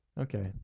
Okay